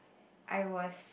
I was